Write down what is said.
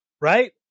right